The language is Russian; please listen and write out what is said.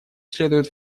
следует